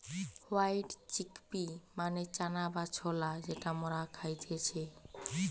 white chickpea মানে চানা বা ছোলা যেটা মরা খাইতেছে